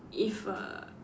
if uh